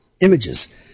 images